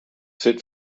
fit